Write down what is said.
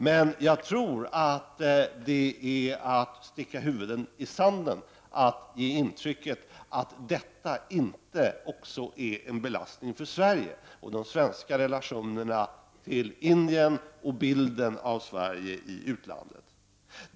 Men jag tror att det är att sticka huvudet i sanden när man försöker ge ett intryck av att detta inte är en belastning också för Sverige, för Sveriges relationer till Indien och för bilden av Sverige i utlandet.